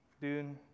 Dude